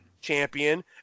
champion